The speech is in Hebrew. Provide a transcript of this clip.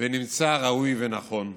ונמצא ראוי ונכון,